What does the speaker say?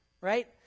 Right